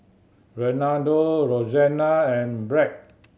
Renaldo Roxanna and Bret